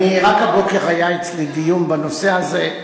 רק הבוקר היה אצלי דיון בנושא הזה.